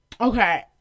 okay